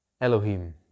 Elohim